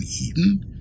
eaten